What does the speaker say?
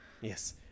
yes